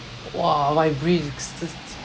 !wah! my brain